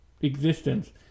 existence